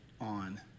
on